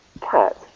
Cat